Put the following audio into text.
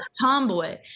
tomboy